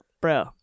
Bro